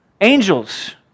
Angels